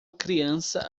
criança